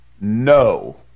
No